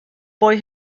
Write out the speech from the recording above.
boy